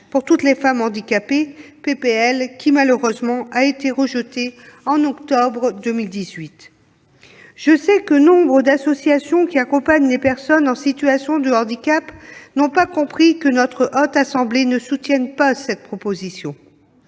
pour toutes les femmes handicapées, proposition de loi qui a malheureusement été rejetée en octobre 2018. Nombre d'associations qui accompagnent les personnes en situation de handicap n'ont pas compris que notre Haute Assemblée ne soutienne pas cette proposition,